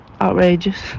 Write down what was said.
outrageous